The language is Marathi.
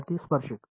विद्यार्थीः स्पर्शिक